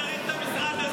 למה צריך את המשרד הזה?